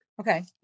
Okay